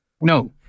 No